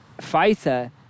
fighter